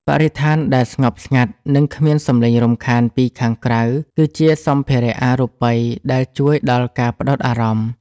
បរិស្ថានដែលស្ងប់ស្ងាត់ និងគ្មានសម្លេងរំខានពីខាងក្រៅ គឺជាសម្ភារៈអរូបិយដែលជួយដល់ការផ្ដោតអារម្មណ៍។